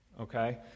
okay